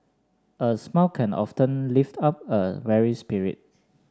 a smile can often lift up a weary spirit